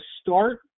start